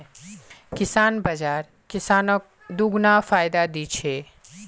किसान बाज़ार किसानक दोगुना फायदा दी छे